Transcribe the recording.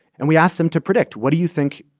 and we asked them to predict, what do you think